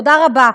תודה רבה.